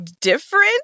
different